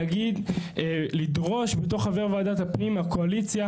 להגיד ולדרוש בתור חבר ועדת הפנים בקואליציה?